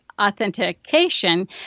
authentication